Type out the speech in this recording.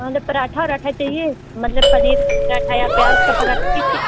मतलब पराठा वराठा चाहिए मतलब पनीर पराठा या प्याज का पराठा किस चीज़